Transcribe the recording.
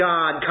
God